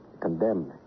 Condemned